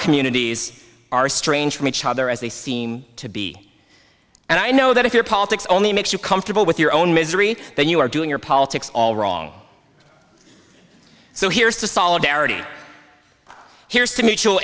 communities are strange from each other as they seem to be and i know that if your politics only makes you comfortable with your own misery then you are doing your politics all wrong so here's to solidarity here's to m